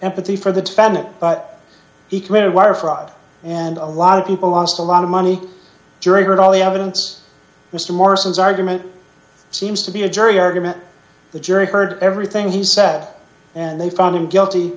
empathy for the defendant but he committed wire fraud and a lot of people lost a lot of money jury that all the evidence mr marson is argument seems to be a jury argument the jury heard everything he said and they found him guilty